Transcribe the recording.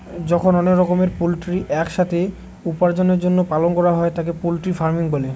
যখন অনেক রকমের পোল্ট্রি এক সাথে উপার্জনের জন্য পালন করা হয় তাকে পোল্ট্রি ফার্মিং বলে